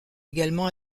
également